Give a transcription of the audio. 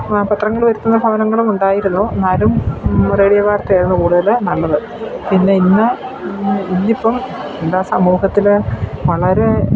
പത്രങ്ങൾ വരുത്തുന്ന ഭവനങ്ങളും ഉണ്ടായിരുന്നു എന്നാലും റേഡിയോ വാർത്തയായിരുന്നു കൂടുതൽ നല്ലത് പിന്നെ ഇന്ന് ഇന്നിപ്പം എന്താ സമൂഹത്തിൽ വളരെ